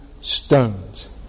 stones